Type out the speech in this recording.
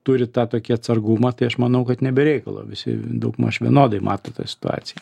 turi tą tokį atsargumą tai aš manau kad ne be reikalo visi daugmaž vienodai mato tą situaciją